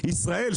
ישראל,